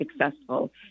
successful